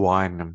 one